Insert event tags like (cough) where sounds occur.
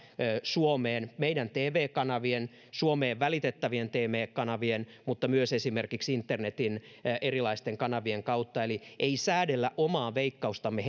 suomessa meidän tv kanaviemme ja suomeen välitettävien tv kanavien mutta myös esimerkiksi internetin erilaisten kanavien kautta eli ei säädellä omaa veikkaustamme (unintelligible)